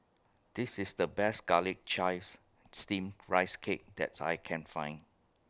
This IS The Best Garlic Chives Steamed Rice Cake that's I Can Find